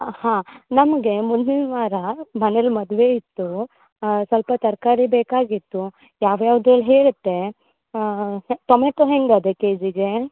ಹಾಂ ನಮಗೆ ಮುಂದಿನ ವಾರ ಮನೇಲ್ಲಿ ಮದುವೆ ಇತ್ತು ಸ್ವಲ್ಪ ತರಕಾರಿ ಬೇಕಾಗಿತ್ತು ಯಾವ ಯಾವ್ದೇಳಿ ಹೇಳ್ತೆ ಟೊಮೇಟೊ ಹೆಂಗೆ ಇದೆ ಕೆ ಜಿಗೆ